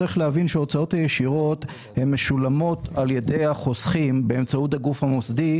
צריך להבין שהוצאות ישירות משולמות על ידי החוסכים באמצעות הגוף המוסדי,